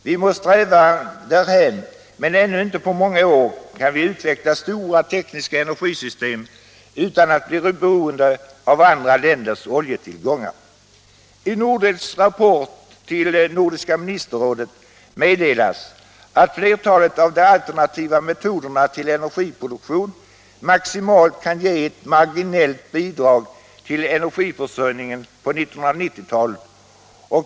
Vi må sträva därhän, men inte på många år ännu kan vi utveckla stora tekniska energisystem utan att bli beroende av andra länders oljetillgångar. I Nordels rapport till Nordiska ministerrådet meddelas att flertalet av de alternativa metoderna för energiproduktion maximalt kan ge ett marginellt bidrag till energiförsörjningen på 1990-talet.